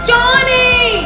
Johnny